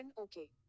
okay